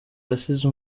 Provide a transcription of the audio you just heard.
yasize